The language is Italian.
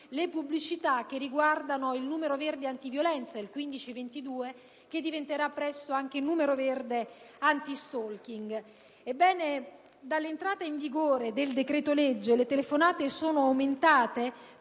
le pubblicità che riguardano il numero verde antiviolenza "1522", che presto diventerà numero verde anti*-stalking*. Ebbene, dall'entrata in vigore del decreto‑legge, le telefonate sono aumentate